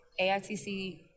AITC